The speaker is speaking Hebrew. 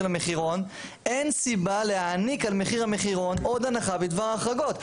המחירון אין סיבה להעניק על מחיר המחירון עוד הנחה בדבר החרגות.